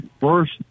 First